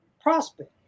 prospect